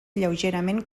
lleugerament